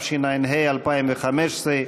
התשע"ה 2015,